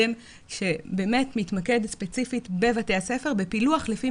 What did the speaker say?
שבאמת מתמקד ספציפית בבתי הספר בפילוח לפי